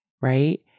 right